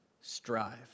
Strive